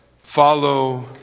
follow